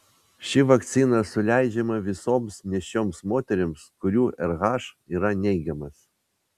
ši vakcina suleidžiama visoms nėščioms moterims kurių rh yra neigiamas